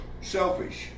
selfish